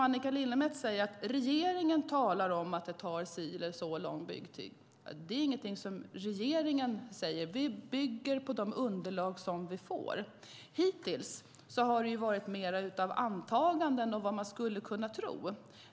Annika Lillemets säger att regeringen talar om att byggtiden är si eller så lång. Men det är ingenting som regeringen säger. Vi bygger på de underlag som vi får. Hittills har det mest handlat om antaganden och vad man skulle kunna tro.